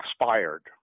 expired